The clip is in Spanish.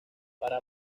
para